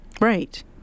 Right